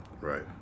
right